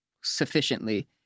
sufficiently